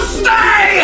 stay